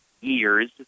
years